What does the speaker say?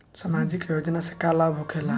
समाजिक योजना से का लाभ होखेला?